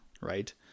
Right